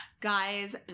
guys